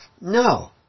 No